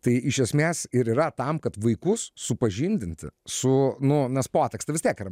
tai iš esmės ir yra tam kad vaikus supažindinti su nu nes potekstė vis tiek yra